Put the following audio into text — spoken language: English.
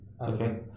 Okay